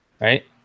Right